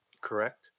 Correct